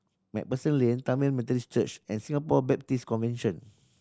Macpherson Lane Tamil Methodist Church and Singapore Baptist Convention